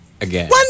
again